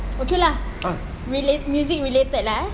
okay lah music related lah eh